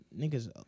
niggas